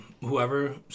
whoever